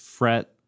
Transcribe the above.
fret